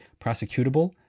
prosecutable